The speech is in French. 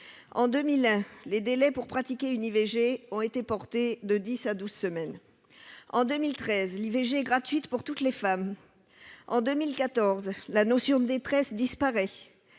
En 2001, les délais pour pratiquer une IVG ont été portés de dix à douze semaines. En 2013, l'IVG est devenue gratuite pour toutes les femmes. En 2014, la notion de détresse a disparu.